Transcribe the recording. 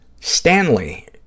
Stanley